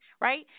right